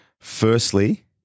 Firstly